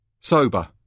Sober